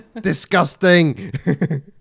Disgusting